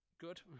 good